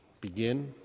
begin